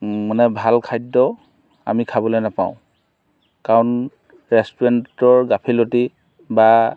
মানে ভাল খাদ্য আমি খাবলৈ নাপাওঁ কাৰণ ৰেষ্টুৰেণ্ট গাফিলতি বা